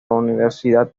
universidad